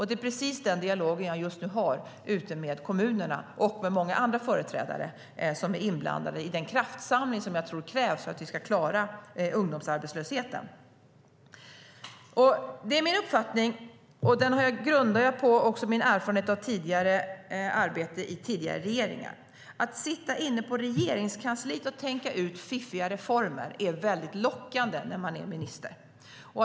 Det är precis den dialogen jag just nu har ute med kommunerna och med många andra företrädare som är inblandade i den kraftsamling som jag tror krävs för att vi ska klara ungdomsarbetslösheten. Det är min uppfattning, som jag grundar på min erfarenhet av tidigare arbete i tidigare regeringar, att det är väldigt lockande när man är minister att sitta inne på Regeringskansliet och tänka ut fiffiga reformer.